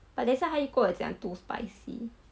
but 等下他又我讲 too spicy